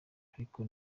ariko